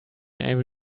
able